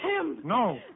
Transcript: No